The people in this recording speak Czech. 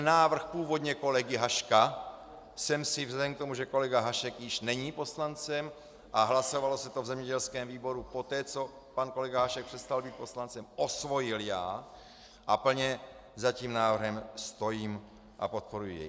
Návrh původně kolegy Haška jsem si vzhledem k tomu, že kolega Hašek již není poslancem a hlasovalo se to v zemědělském výboru poté, co pan kolega Hašek přestal být poslancem, osvojil já a plně za tím návrhem stojím a podporuji jej.